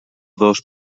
dos